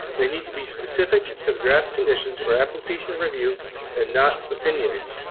they need to be specific to the draft conditions or application review and not opinions.